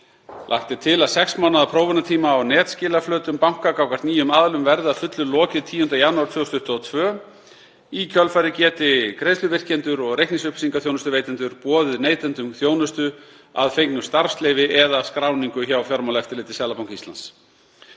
Lagt er til að sex mánaða þróunartíma á netskilaflötum banka gagnvart nýjum aðilum verði að fullu lokið 10. janúar 2022. Í kjölfarið geti greiðsluvirkjendur og reikningsupplýsingaþjónustuveitendur boðið neytendum þjónustu að fengnu starfsleyfi eða skráningu hjá Fjármálaeftirliti Seðlabanka Íslands.